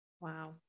Wow